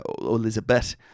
Elizabeth